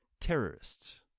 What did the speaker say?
terrorists